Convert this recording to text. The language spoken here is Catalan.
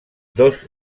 dos